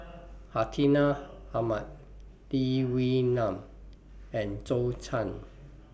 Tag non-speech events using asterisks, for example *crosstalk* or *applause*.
*noise* Hartinah Ahmad Lee Wee Nam and Zhou Can